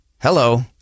hello